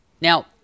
Now